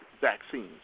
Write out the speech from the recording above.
vaccines